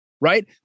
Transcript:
right